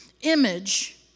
image